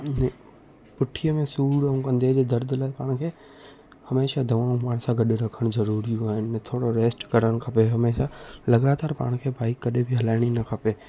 ने पुठीअ में सूर ऐं कंधे जे दर्द लाइ पाण खे हमेशा दवाऊं पाण सां गॾु रखणु ज़रूरी आहिनि थोरो रेस्ट करणु खपे हमेशा लॻातारि पाण खे बाइक कॾहिं बि हलाइणी न खपे